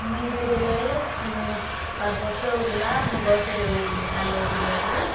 ମୁଇଁ ଯେତେବେଲେ ପାଞ୍ଚ୍ ବର୍ଷ ହୋଉଥିଲା ମୁଇଁ ଗଛ୍ଟେ ଜଗିଥିଲି ଆମ୍ବ୍ ଗଛ୍ଟେ ଜଗିଥିଲି